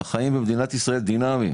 החיים במדינת ישראל דינמיים